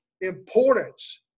importance